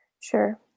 Sure